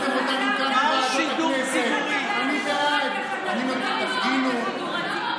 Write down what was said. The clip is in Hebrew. אני בעד הפגנות,